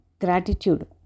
gratitude